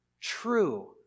true